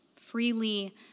freely